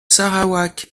sarawak